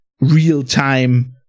real-time